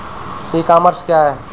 ई commerce क्या है?